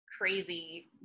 crazy